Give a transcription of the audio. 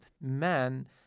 man